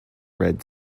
red